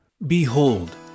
Behold